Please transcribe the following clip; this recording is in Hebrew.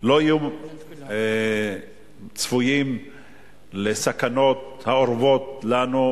לא יהיו צפויים לסכנות האורבות להם,